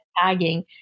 tagging